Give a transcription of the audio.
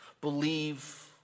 Believe